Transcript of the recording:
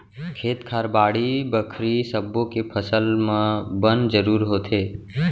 खेत खार, बाड़ी बखरी सब्बो के फसल म बन जरूर होथे